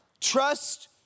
Trust